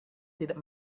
tidak